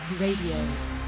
Radio